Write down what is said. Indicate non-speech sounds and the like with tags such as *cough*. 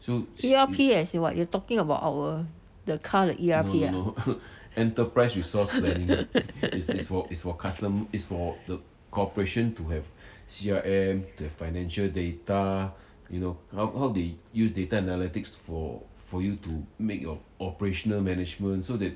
E_R_P as in what you're talking about our the car the E_R_P ah *laughs*